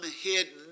hidden